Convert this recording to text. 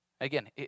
Again